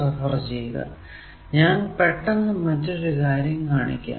ഞാൻ പെട്ടെന്ന് മറ്റൊരു കാര്യം കാണിക്കാം